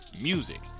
music